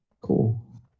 Cool